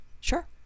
Sure